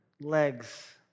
legs